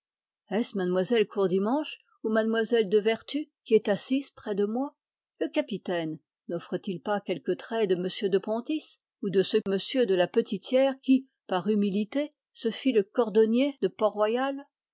est-ce mlle courdimanche ou mlle de vertus qui est assise près de moi le capitaine noffre t il pas quelques traits de m de pontis ou de ce m de la petitière qui se fit par humilité le cordonnier de